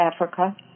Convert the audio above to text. Africa